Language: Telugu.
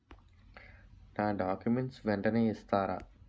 నా డాక్యుమెంట్స్ వెంటనే ఇస్తారా?